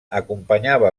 acompanyava